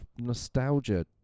nostalgia